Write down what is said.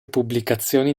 pubblicazioni